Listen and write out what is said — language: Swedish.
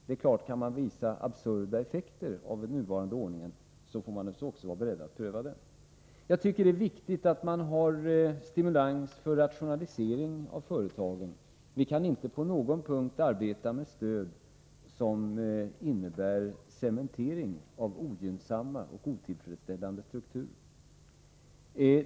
Kan det påvisas absurda effekter av den nuvarande ordningen får man naturligtvis vara beredd att pröva också den. Det är viktigt att det finns stimulans för rationalisering av företagen. Vi kan inte på någon punkt arbeta med stöd som innebär cementering av ogynnsamma och otillfredsställande strukturer.